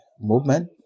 movement